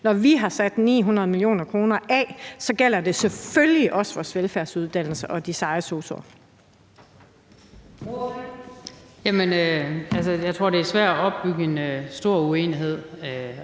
Når vi har sat 900 mio. kr. af, gælder det selvfølgelig også vores velfærdsuddannelser og de seje sosu'er. Kl. 14:44 Fjerde næstformand